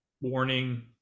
warning